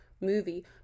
movie